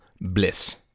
bliss